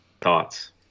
Thoughts